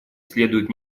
следует